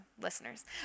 listeners